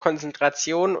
konzentration